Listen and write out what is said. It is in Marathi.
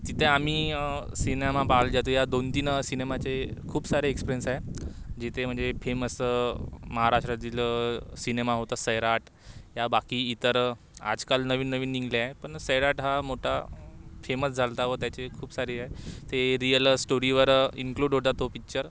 तिथे आम्ही सिनेमा पाहायला जातो या दोन तीन सिनेमाचे खूप सारे एक्सप्रियन्स आहे जिथे म्हणजे फेमस महाराष्ट्रातील सिनेमा होता सैराट या बाकी इतर आजकाल नवीन नवीन निघाले आहे पण सैराट हा मोठा फेमस झाला होता व त्याचे खूप सारे ते रिअल स्टोरीवर इन्क्लूड होता तो पिक्चर